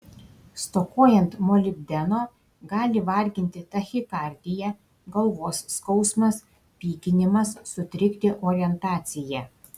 stokojant molibdeno gali varginti tachikardija galvos skausmas pykinimas sutrikti orientacija